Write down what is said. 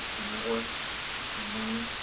and that worked on mine.